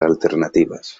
alternativas